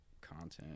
content